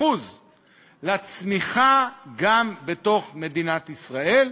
אחוז לצמיחה, גם בתוך מדינת ישראל,